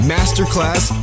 Masterclass